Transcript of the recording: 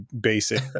basic